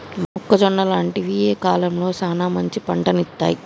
మొక్కజొన్న లాంటివి ఏ కాలంలో సానా మంచి పంటను ఇత్తయ్?